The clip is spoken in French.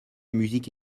musique